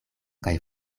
kaj